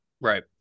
right